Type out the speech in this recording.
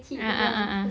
ah ah ah ah